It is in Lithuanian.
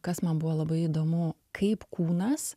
kas man buvo labai įdomu kaip kūnas